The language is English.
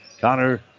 Connor